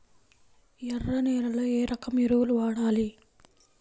ఎర్ర నేలలో ఏ రకం ఎరువులు వాడాలి?